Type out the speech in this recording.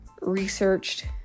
researched